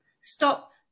stop